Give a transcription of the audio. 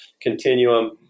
continuum